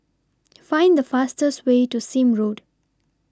Find The fastest Way to Sime Road